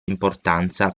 importanza